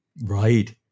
Right